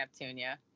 Neptunia